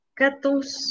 katus